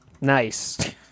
Nice